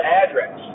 address